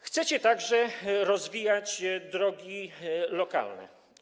Chcecie także rozwijać drogi lokalne.